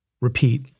repeat